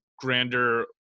grander